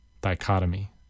Dichotomy